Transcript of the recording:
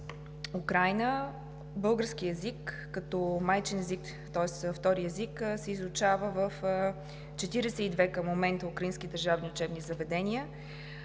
Украйна българският език като майчин език, тоест втори език, се изучава към момента в 42 украински държавни учебни заведения.